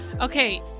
Okay